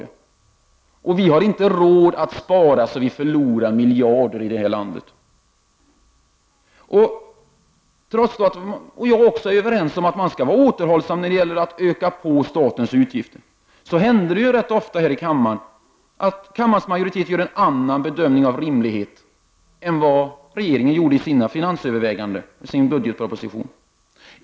Vi i detta land har inte råd att spara så att vi förlorar miljarder. Trots att alla är överens om att vara återhållsamma med att öka statens utgifter, händer det ganska ofta att kammarens majoritet gör en annan bedömning av rimlighet än vad regeringen gör i sina finansöverväganden i budgetpropositionen.